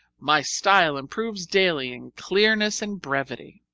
my style improves daily in clearness and brevity.